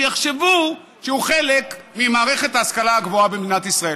שיחשבו שהוא חלק ממערכת ההשכלה הגבוהה במדינת ישראל.